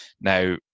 Now